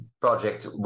project